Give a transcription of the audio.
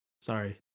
Sorry